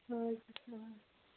اَدٕ سا اَدٕ